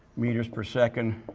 meters per second.